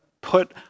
put